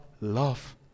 love